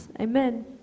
Amen